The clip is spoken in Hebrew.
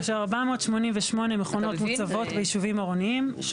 כאשר 488 מכונות מוצבות ביישובים אורניים,